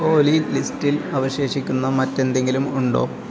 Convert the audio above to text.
ഓലി ലിസ്റ്റിൽ അവശേഷിക്കുന്ന മറ്റെന്തെങ്കിലും ഉണ്ടോ